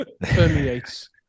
permeates